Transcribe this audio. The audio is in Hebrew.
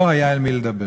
לא היה עם מי לדבר.